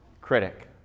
critic